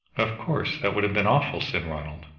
of course that would have been awful, said ronald.